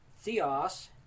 Theos